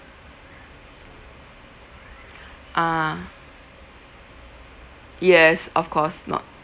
ah yes of course not